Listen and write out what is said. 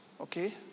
okay